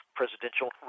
presidential